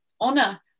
honor